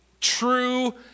true